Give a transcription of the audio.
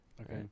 Okay